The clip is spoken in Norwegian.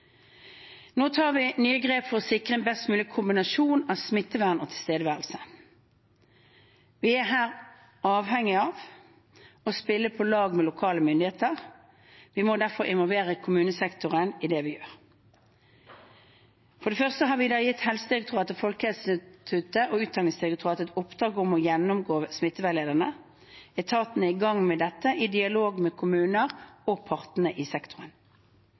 Nå tar vi nye grep for å sikre en best mulig kombinasjon av smittevern og tilstedeværelse. Vi er avhengig av å spille på lag med lokale myndigheter. Vi må derfor involvere kommunesektoren i det vi gjør. For det første har vi gitt Helsedirektoratet, Folkehelseinstituttet og Utdanningsdirektoratet i oppdrag å gjennomgå smittevernveilederne. Etatene er i gang med dette i dialog med kommuner og partene i sektoren.